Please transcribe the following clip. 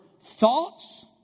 thoughts